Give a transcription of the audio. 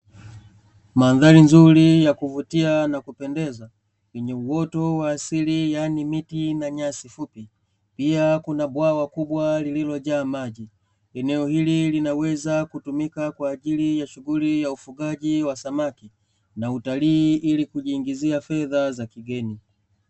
Mandhari nzuri ya kuvutia na kupendeza wenye uoto wa asili yaani miti na nyasi fupi, pia kuna bwawa kubwa lililojaa maji. Eneo hili linaweza kutumika kwa ajili ya shughuli ya ufugaji wa samaki, na utalii ili kujiingizia fedha za kigeni.